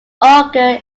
ogre